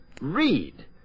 Read